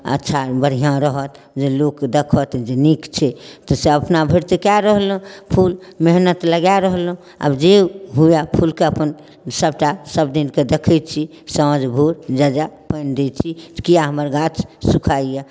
अच्छा बढ़िआँ रहत जे लोक देखत जे नीक छै तऽ से अपनाभरि तऽ कऽ रहलहुँ खूब मेहनति लगा रहलहुँ आब जे हुअए फूलके अपन सबटा सबदिनके देखै छी साँझ भोर जा जा पानि दै छी किएक हमर गाछ सुखाइए